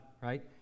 right